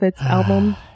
album